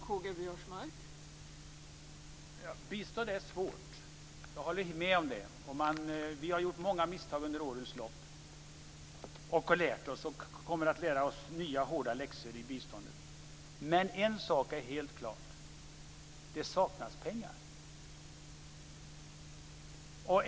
Fru talman! Bistånd är svårt - jag håller med om det. Vi har gjort många misstag under årens lopp, och vi har lärt oss och kommer att lära oss nya hårda läxor i biståndet. Men en sak är helt klar: det saknas pengar.